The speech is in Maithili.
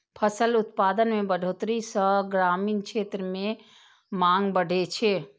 फसल उत्पादन मे बढ़ोतरी सं ग्रामीण क्षेत्र मे मांग बढ़ै छै